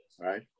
Right